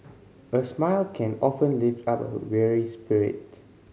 a smile can often lift up a weary spirit